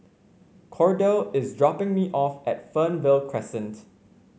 Kordell is dropping me off at Fernvale Crescent